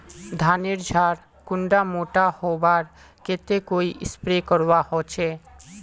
धानेर झार कुंडा मोटा होबार केते कोई स्प्रे करवा होचए?